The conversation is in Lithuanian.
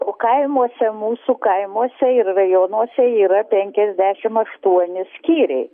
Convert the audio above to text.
o kaimuose mūsų kaimuose ir rajonuose yra penkiasdešim aštuoni skyriai